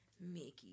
Mickey